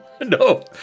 No